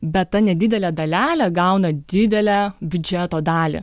bet ta nedidelė dalelė gauna didelę biudžeto dalį